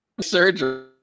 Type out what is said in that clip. surgery